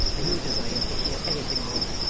and no desire to hear anything more.